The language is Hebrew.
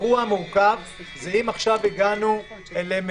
אירוע מורכב זה אם עכשיו הגענו למבודד